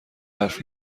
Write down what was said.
حرف